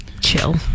chill